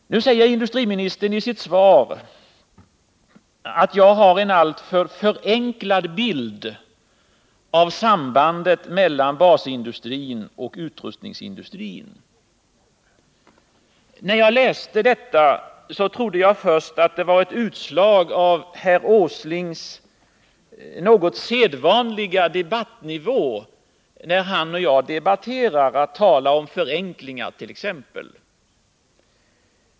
Nu säger industriministern i sitt svar att jag har en alldeles för förenklad bild av sambandet mellan basindustrin och utrustningsindustrin. När jag läste detta trodde jag först att det var ett utslag av herr Åslings sedvanliga debattnivå när han och jag debatterar, dvs. att tala om förenklingar t.ex.